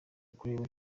kureba